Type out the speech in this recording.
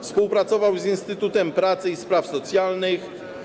Współpracował z Instytutem Pracy i Spraw Socjalnych.